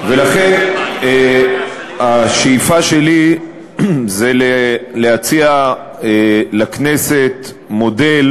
ולכן השאיפה שלי זה להציע לכנסת מודל